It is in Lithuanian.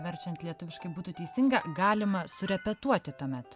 verčiant lietuviškai būtų teisinga galima surepetuoti tuomet